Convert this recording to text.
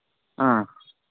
ಆಂ